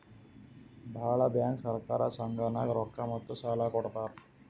ಭಾಳ್ ಬ್ಯಾಂಕ್ ಸಹಕಾರ ಸಂಘನಾಗ್ ರೊಕ್ಕಾ ಮತ್ತ ಸಾಲಾ ಕೊಡ್ತಾರ್